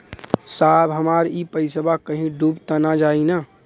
साहब हमार इ पइसवा कहि डूब त ना जाई न?